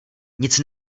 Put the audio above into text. nic